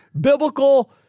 biblical